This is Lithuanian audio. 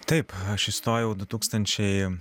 taip aš įstojau du tūkstančiai